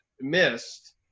missed